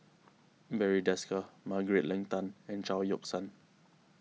Barry Desker Margaret Leng Tan and Chao Yoke San